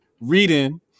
reading